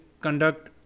conduct